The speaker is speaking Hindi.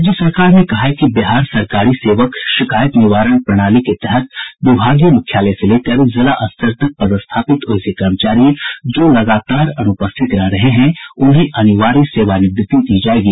राज्य सरकार ने कहा है कि बिहार सरकारी सेवक शिकायत निवारण प्रणाली के तहत विभागीय मुख्यालय से लेकर जिला स्तर तक पदस्थापित वैसे कर्मचारी जो लगातार अनुपस्थित रह रहे हैं उन्हें अनिवार्य सेवानिवृत्ति दी जायेगी